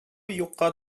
юкка